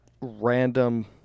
random